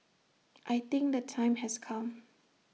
I think the time has come